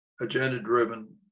agenda-driven